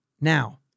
Now